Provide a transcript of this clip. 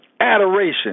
Adoration